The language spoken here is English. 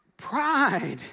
Pride